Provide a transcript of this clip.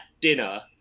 dinner